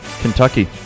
Kentucky